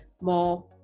more